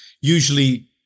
usually